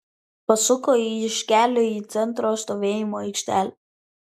pasuko iš kelio į centro stovėjimo aikštelę